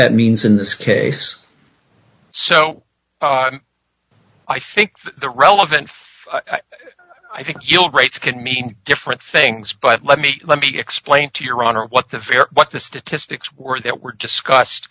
that means in this case so i think the relevant five i think you'll rates could mean different things but let me let me explain to your honor what the fair what the statistics were that were discussed